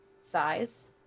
size